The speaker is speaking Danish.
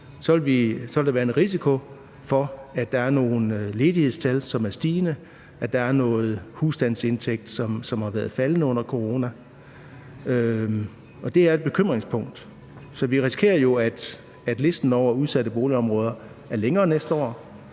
Så vil der være en risiko for, at der er nogle ledighedstal, som er steget, og at der er noget husstandsindtægt, som har været faldende under corona, og det er et bekymringspunkt. Vi risikerer jo, at listen over udsatte boligområder er blevet længere næste år,